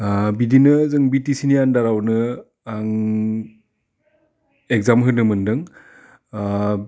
बिदिनो जों बिटिसिनि आन्दारावनो आं एग्जाम होनो मोन्दों